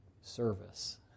service